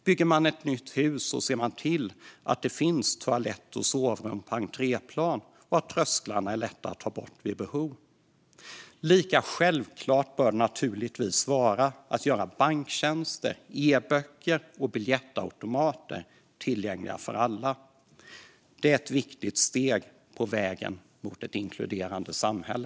Bygger man ett nytt hus ser man till att det finns toalett och sovrum på entréplan och att trösklarna är lätta att ta bort vid behov. Lika självklart bör det naturligtvis vara att göra banktjänster, e-böcker och biljettautomater tillgängliga för alla. Det är ett viktigt steg på vägen mot ett inkluderande samhälle.